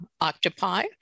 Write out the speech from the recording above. octopi